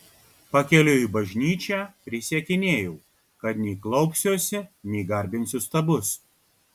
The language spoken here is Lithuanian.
pakeliui į bažnyčią prisiekinėjau kad nei klaupsiuosi nei garbinsiu stabus